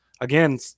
again